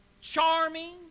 charming